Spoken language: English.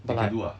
but like